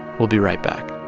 we'll be right back